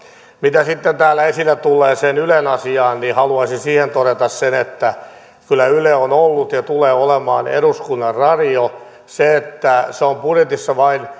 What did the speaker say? mitä tulee sitten täällä esille tulleeseen ylen asiaan niin haluaisin siitä todeta sen että kyllä yle on ollut ja tulee olemaan eduskunnan radio se on budjetissa vain